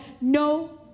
no